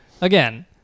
again